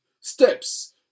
steps